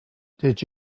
did